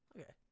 Okay